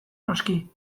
noski